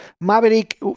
Maverick